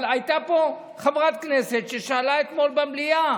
אבל הייתה פה חברת כנסת ששאלה אתמול במליאה